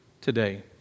today